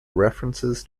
references